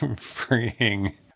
Freeing